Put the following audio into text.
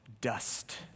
dust